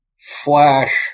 flash